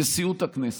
נשיאות הכנסת.